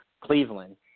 Cleveland